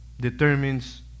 determines